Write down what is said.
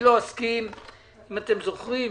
אם אתם זוכרים,